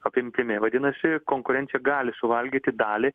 apimtimi vadinasi konkurencija gali suvalgyti dalį